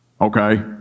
okay